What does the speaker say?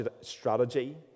strategy